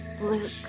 Luke